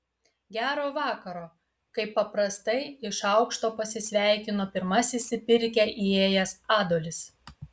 gero vakaro kaip paprastai iš aukšto pasisveikino pirmasis į pirkią įėjęs adolis